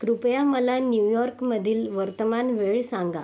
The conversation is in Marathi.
कृपया मला न्यूयॉर्कमधील वर्तमान वेळ सांगा